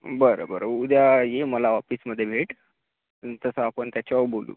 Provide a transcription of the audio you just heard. बरं बरं उद्या ये मला ऑफिसमध्ये भेट तसं आपण त्याच्यावर बोलू